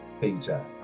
Peter